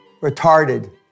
retarded